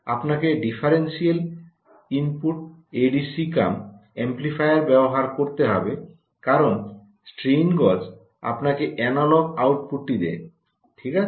আপনাকে differential input ADC cum amplifier ব্যবহার করতে হবে কারণ স্ট্রেন গজ আপনাকে এনালগ আউটপুটটি দেয় ঠিক আছে